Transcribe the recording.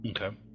Okay